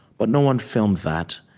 but no one filmed that,